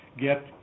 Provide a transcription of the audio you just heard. get